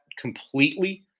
completely